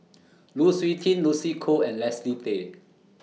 Lu Suitin Lucy Koh and Leslie Tay